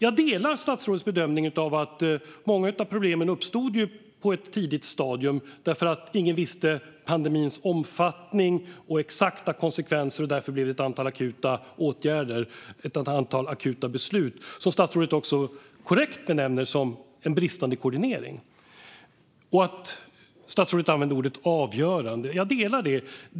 Jag delar statsrådets bedömning att många av problemen uppstod på ett tidigt stadium därför att ingen kände till pandemins omfattning och exakta konsekvenser, och därför blev det i sin tur ett antal akuta åtgärder och beslut med, som statsrådet också korrekt benämner det, en bristande koordinering. Statsrådet använde ordet "avgörande". Jag delar den synen.